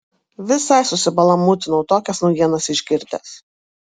visai susibalamūtinau tokias naujienas išgirdęs